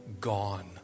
gone